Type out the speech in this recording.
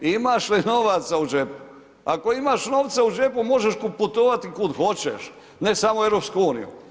Imaš li novaca u džepu, ako imaš novca u džepu možeš putovati kud hoćeš, ne samo u EU.